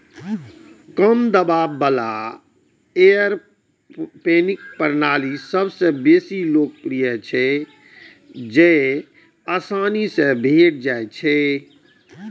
कम दबाव बला एयरोपोनिक प्रणाली सबसं बेसी लोकप्रिय छै, जेआसानी सं भेटै छै